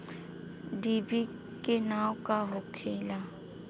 डिभी के नाव का होखेला?